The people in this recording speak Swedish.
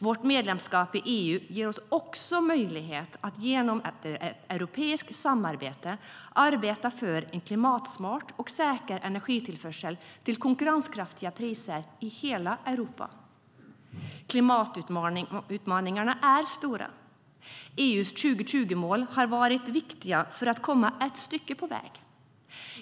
Vårt medlemskap i EU ger oss också möjlighet att genom ett europeiskt samarbete arbeta för en klimatsmart och säker energitillförsel till konkurrenskraftiga priser i hela Europa.Klimatutmaningarna är stora. EU:s 2020-mål har varit viktiga för att komma ett stycke på vägen.